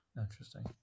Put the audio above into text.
interesting